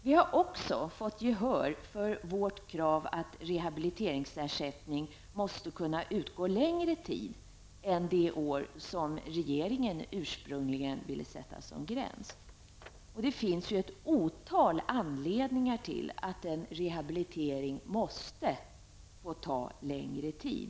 Vi har också fått gehör för vårt krav att rehabiliteringsersättning måste kunna utgå längre tid än det år som regeringen usprungligen ville sätta som gräns. Det finns ett otal anledningar till att en rehabilitering måste få ta längre tid.